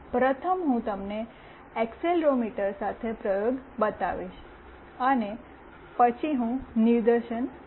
પ્રથમ હું તમને એક્સીલેરોમીટર સાથે પ્રયોગ બતાવીશ અને પછી હું નિદર્શન કરીશ